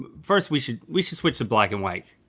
first, we should we should switch to black and white.